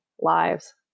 lives